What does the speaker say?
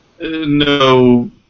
no